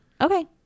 Okay